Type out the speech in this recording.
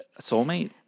Soulmate